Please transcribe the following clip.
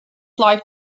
life